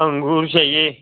अंगूर चाहिए